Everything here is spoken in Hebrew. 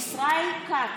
ישראל כץ,